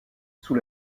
sous